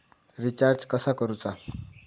Recharge कसा करूचा?